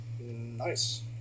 Nice